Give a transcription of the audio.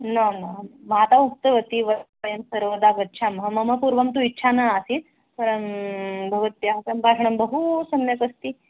न न माता उक्तवती व वयं सर्वदा गच्छामः मम पूर्वं तु इच्छा न आसीत् परं भवत्याः सम्भाषणं बहु सम्यक् अस्ति